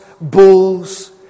bulls